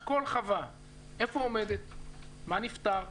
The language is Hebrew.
איפה היא עומדת, מה נפתר,